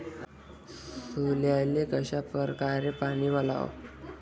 सोल्याले कशा परकारे पानी वलाव?